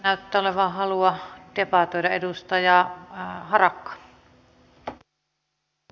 vielä näyttää olevan halua debatoida